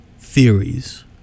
theories